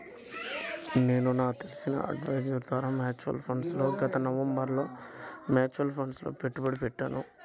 నేను నాకు తెలిసిన అడ్వైజర్ ద్వారా మ్యూచువల్ ఫండ్లలో గత నవంబరులో మ్యూచువల్ ఫండ్లలలో పెట్టుబడి పెట్టాను